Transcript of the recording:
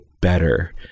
better